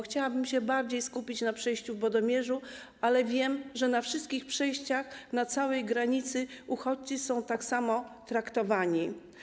Chciałabym się bardziej skupić na przejściu w Budomierzu, ale wiem, że na wszystkich przejściach, na całej granicy uchodźcy są tak samo traktowani.